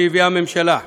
שהביאה הממשלה.